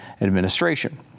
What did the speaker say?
Administration